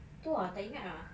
tu ah tak ingat ah